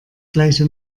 gleiche